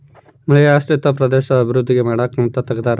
ಮಳೆಯಾಶ್ರಿತ ಪ್ರದೇಶದ ಅಭಿವೃದ್ಧಿ ಮಾಡಕ ಅಂತ ತೆಗ್ದಾರ